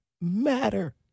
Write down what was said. matter